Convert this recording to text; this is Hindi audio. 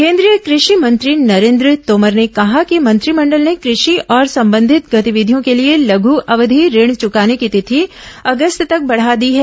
केंद्रीय कृषि मंत्री नरेन्द्र तोमर ने कहा कि मंत्रिमंडल ने कृषि और संबंधित गतिविधियों के लिए लघ् अवधि ऋण चुकाने की तिथि अगस्त तक बढ़ा दी है